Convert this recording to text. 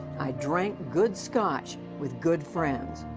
i drank good scotch with good friends.